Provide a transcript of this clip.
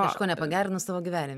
kažko nepagerinus savo gyvenime